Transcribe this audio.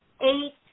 eight